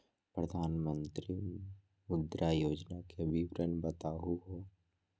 प्रधानमंत्री मुद्रा योजना के विवरण बताहु हो?